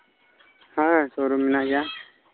ᱦᱮᱸ ᱥᱩᱨ ᱨᱮ ᱢᱮᱱᱟᱜ ᱜᱮᱭᱟ